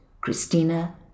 Christina